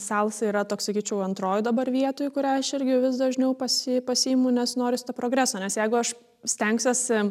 salsa yra toks sakyčiau antroj dabar vietoj kurią aš irgi vis dažniau pasi pasiimu nes noris to progreso nes jeigu aš stengsiuosi